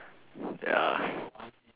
ya